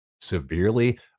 severely